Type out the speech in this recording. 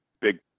big